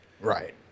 Right